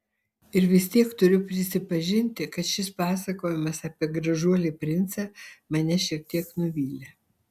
ir vis tiek turiu prisipažinti kad šis pasakojimas apie gražuolį princą mane šiek tiek nuvylė